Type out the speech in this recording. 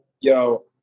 yo